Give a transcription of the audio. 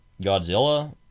Godzilla